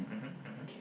mmhmm mmhmm